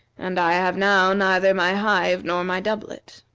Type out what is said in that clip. and i have now neither my hive nor my doublet.